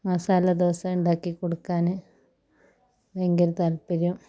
മസാല ദോശ ഉണ്ടാക്കി കൊടുക്കാന് ഭയങ്കര താൽപ്പര്യം